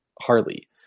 Harley